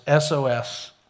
SOS